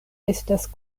estas